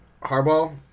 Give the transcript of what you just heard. Harbaugh